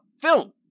film